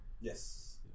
Yes